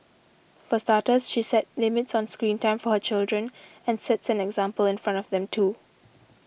for starters she set limits on screen time for her children and sets an example in front of them too